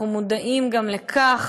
אנחנו מודעים גם לכך.